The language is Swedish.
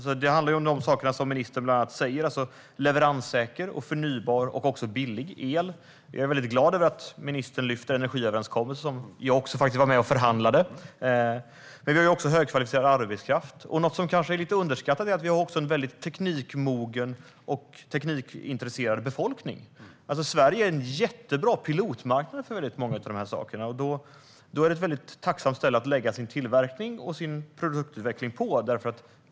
Det handlar bland annat om de saker som ministern tar upp, till exempel leveranssäker, förnybar och billig el. Jag är glad över att ministern lyfter fram energiöverenskommelsen, som jag också var med och förhandlade fram. Vi har också högkvalificerad arbetskraft. Något som kanske är lite underskattat är att vi också har en väldigt teknikmogen och teknikintresserad befolkning. Sverige är en jättebra pilotmarknad för många av dessa saker. Då är det ett tacksamt ställe att lägga sin tillverkning och produktutveckling på.